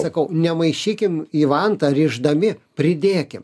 sakau nemaišykim į vantą rišdami pridėkim